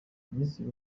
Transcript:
minisitiri